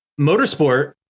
motorsport